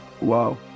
Wow